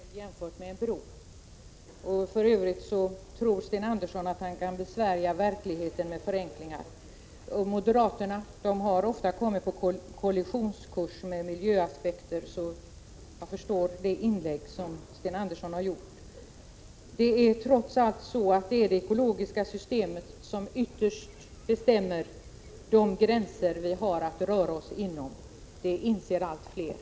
Herr talman! Gripen är faktiskt en bagatell jämfört med en bro. För övrigt tror Sten Andersson i Malmö att han kan besvärja verkligheten med förenklingar. Eftersom moderaterna ofta har kommit på kollisionskurs med miljökraven förstår jag Sten Anderssons inlägg. Trots allt är det det ekologiska systemet som ytterst bestämmer de gränser vi har att röra oss inom. Detta inser allt fler.